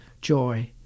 joy